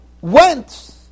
went